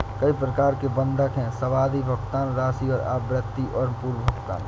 कई प्रकार के बंधक हैं, सावधि, भुगतान राशि और आवृत्ति और पूर्व भुगतान